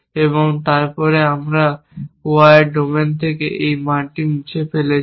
এবং তারপর আমরা Y এর ডোমেইন থেকে এই মানটি মুছে ফেলেছি